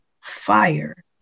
fire